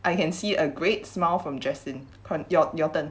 I can see a great smile from jaslyn con~ your your turn